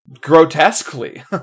grotesquely